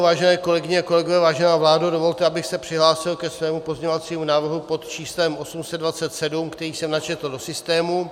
Vážené kolegyně a kolegové, vážená vládo, dovolte, abych se přihlásil ke svému pozměňovacímu návrhu pod číslem 827, který jsem načetl do systému.